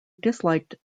disliked